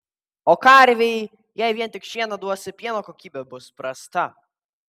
o karvei jei vien tik šieną duosi pieno kokybė bus prasta